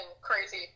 crazy